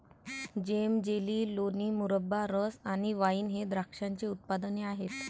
जेम, jelly, लोणी, मुरब्बा, रस आणि वाइन हे द्राक्षाचे उत्पादने आहेत